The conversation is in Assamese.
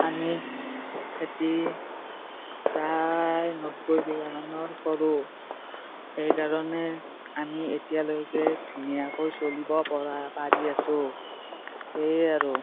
আমি খেতি প্ৰায় নব্বৈ বিঘা মানৰ কৰোঁ সেইকাৰণে আমি এতিয়ালৈকে ধুনীয়াকৈ চলিব পৰা পাৰি আছোঁ সেয়ে আৰু